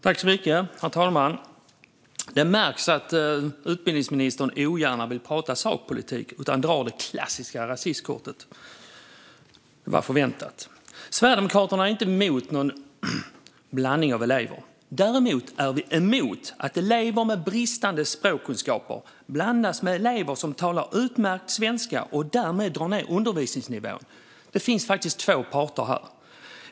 Herr talman! Det märks att utbildningsministern ogärna vill prata sakpolitik. I stället drar hon det klassiska rasistkortet. Det var väntat. Sverigedemokraterna är inte emot någon blandning av elever. Däremot är vi emot att elever med bristande språkkunskaper blandas med elever som talar utmärkt svenska och därmed drar ned undervisningsnivån. Det finns faktiskt två parter här.